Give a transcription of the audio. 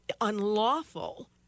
unlawful